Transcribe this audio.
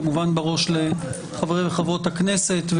כמובן בראש לחברי וחברות הכנסת,